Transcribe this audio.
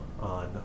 on